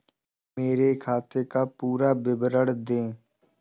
मेरे खाते का पुरा विवरण दे?